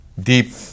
Deep